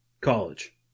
College